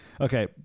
okay